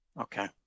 okay